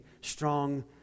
strong